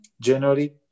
January